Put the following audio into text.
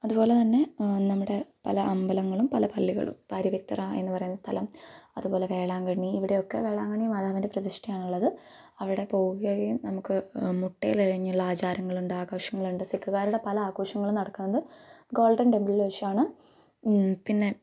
അതുപോലെ തന്നെ നമ്മുടെ പല അമ്പലങ്ങളും പല പള്ളികളും ഇപ്പോൾ അരുവിത്തറ എന്ന് പറയുന്ന സ്ഥലം അതുപോലെ വേളാങ്കണ്ണി ഇവിടെയൊക്കെ വേളാങ്കണ്ണി മാതാവിൻ്റെ പ്രതിഷ്ഠയാണുള്ളത് അവിടെ പോവുകയും നമുക്ക് മുട്ടിൽ ഇഴഞ്ഞ് ഉള്ള ആചാരങ്ങളുണ്ട് ആഘോഷങ്ങളുണ്ട് സിക്ക് കാരുടെ പല ആഘോഷങ്ങളും നടക്കുന്നത് ഗോൾഡൻ ടെംപിളിൽ വച്ചാണ് പിന്നെ